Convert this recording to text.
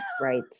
Right